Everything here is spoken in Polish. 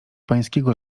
pańskiego